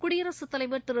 குடியரசுத் தலைவர் திரு